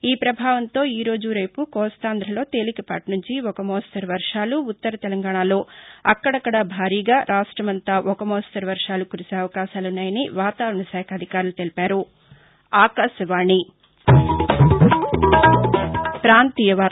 ఈ ప్రభావంతో ఈరోజు రేపు కోస్తాంధలో తేలికపాటి సుంచి ఒక మోస్తరు వర్షాలు ఉత్తర తెలంగాణలో అక్కదక్కడా భారీగా రాష్టమంతా ఒక మోస్తరు వర్షాలు కురిసే అవకాశాలున్నాయని వాతావరణ శాఖ అధికారులు తెలిపారు